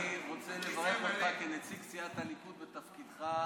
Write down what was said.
אני רוצה לברך אותך כנציג סיעת הליכוד בתפקידך,